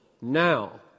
now